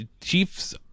Chiefs